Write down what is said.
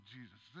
Jesus